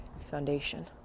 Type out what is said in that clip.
Foundation